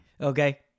Okay